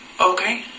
Okay